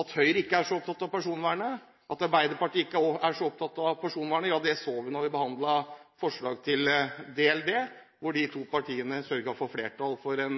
At Høyre ikke er så opptatt av personvernet, og at Arbeiderpartiet ikke er så opptatt av personvernet, så vi da vi behandlet forslaget til DLD, datalagringsdirektivet, da de to partiene sørget for flertall for en